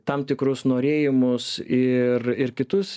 tam tikrus norėjimus ir ir kitus